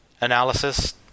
analysis